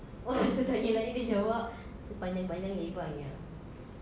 orang itu tanya lain dia jawab sepanjang-panjang lebarnya